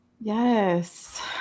Yes